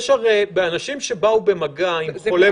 ההסתייגות נדחתה.